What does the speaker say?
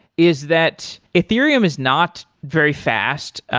is that ethereum is not very fast.